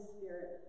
Spirit